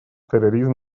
терроризм